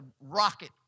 rocket